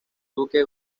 duque